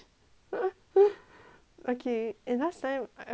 okay and last time I very stupid 我告诉你